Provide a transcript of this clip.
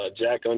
Jack